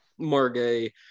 margay